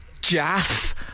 Jaff